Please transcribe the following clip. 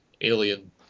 alien